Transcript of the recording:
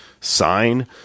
sign